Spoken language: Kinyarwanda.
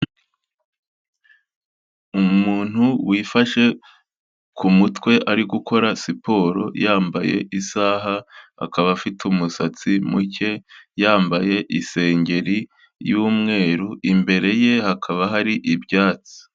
Umuntu wifashe ku mutwe ari gukora siporo yambaye isaha, akaba afite umusatsi muke, yambaye isengeri y'umweru, imbere ye hakaba hari ibyatsi.